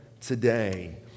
today